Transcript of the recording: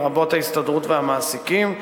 לרבות ההסתדרות והמעסיקים,